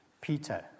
Peter